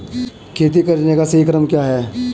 खेती करने का सही क्रम क्या है?